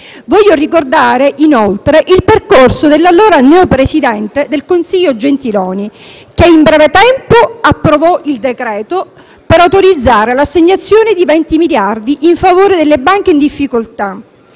Voglio inoltre ricordare il percorso dell'allora neopresidente del Consiglio Gentiloni Silveri, che in breve tempo approvò il provvedimento per autorizzare l'assegnazione di 20 miliardi in favore delle banche in difficoltà.